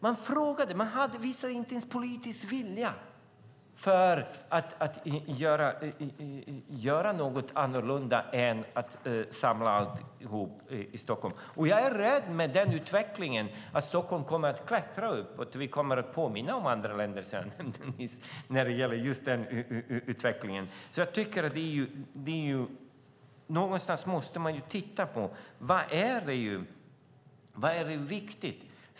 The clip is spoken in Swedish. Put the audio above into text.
Man frågade inte, man visade inte ens politisk vilja att göra något annorlunda än att samla allt i Stockholm. Med den utvecklingen är jag rädd att Stockholm kommer att klättra uppåt, och vi kommer att påminna om andra länder när det gäller just den utvecklingen. Jag tycker att man någonstans måste titta på vad det är som är viktigt.